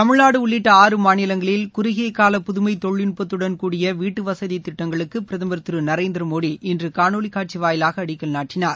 தமிழ்நாடு உள்ளிட்ட ஆறு மாநிலங்களில் குறுகிய கால புதுமை தொழில்நுட்பத்துடன் கூடிய வீட்டு வசதி திட்டங்களுக்கு பிரதமர் திரு நரேந்திரமோடி இன்று காணொலி காட்சி வாயிலாக அடக்கல் நாட்டினார்